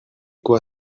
quoi